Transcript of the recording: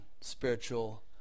spiritual